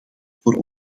voor